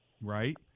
Right